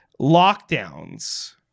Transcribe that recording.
lockdowns